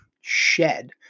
shed